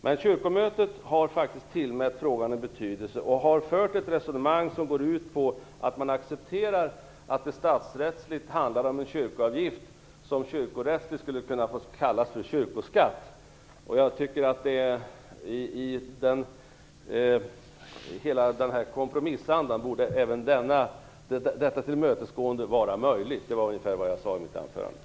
Men Kyrkomötet har tillmätt frågan en betydelse och har fört ett resonemang som går ut på att det statsrättsligt handlar om en kyrkoavgift som kyrkorättsligt borde ha kunnat få kallas för kyrkoskatt. I denna kompromissanda borde även detta tillmötesgående vara möjligt. Det var ungefär vad jag sade i mitt anförande.